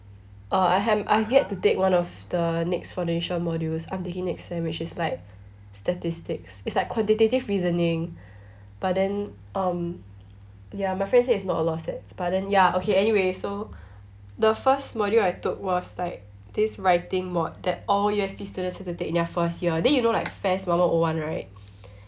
um I hav~ I've yet to take one of the next foundation modules I'm taking next sem which is like statistics it's like quantitative reasoning but then um ya my friend said it's not a lot of stats but then ya okay anyways so the first module I took was like this writing mod that all U_S_P students need to take in their first year then you know like FAS one one o one right